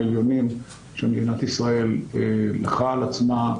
העליונים שמדינת ישראל לקחה על עצמה.